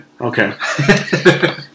Okay